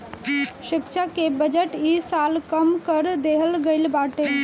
शिक्षा के बजट इ साल कम कर देहल गईल बाटे